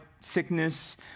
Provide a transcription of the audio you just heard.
sickness